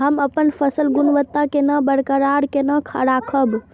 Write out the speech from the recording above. हम अपन फसल गुणवत्ता केना बरकरार केना राखब?